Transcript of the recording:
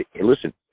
listen